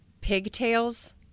pigtails